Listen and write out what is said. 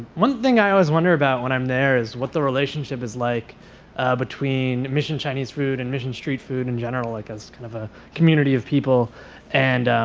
one thing i always wonder about when i'm there is what the relationship is like between mission chinese food and mission street food, in general, like as kind of a community of people and